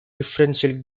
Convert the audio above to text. differential